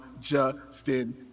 Justin